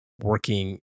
working